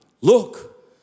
look